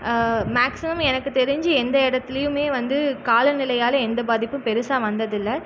maximum எனக்கு தெரிஞ்சு எந்த இடத்துலியுமே வந்து காலநிலையால் எந்த பாதிப்பும் பெருசாக வந்ததில்லை